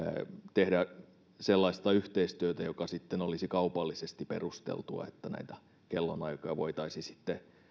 tehdä sellaista yhteistyötä joka olisi kaupallisesti perusteltua että näitä kellonaikoja voitaisiin sitten